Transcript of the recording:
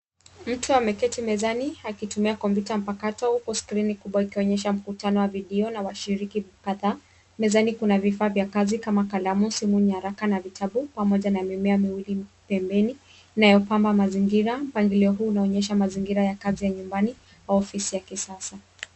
Mtu ameketi mezani akitumia kompyuta mpakato, huku skrini kubwa ikonyesha mkutano wa video na washiriki kadhaa. Mezani kuna vifaa vya kazi kama kalamu, simu, nyaraka na vitabu, pamoja na mimea miwili pembeni, inayopamba mazingira. Mpangilio huu unaonyesha mazingira ya kazi ya nyumbani au ofisi ya kisasa.